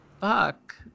Fuck